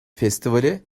festivale